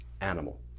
animal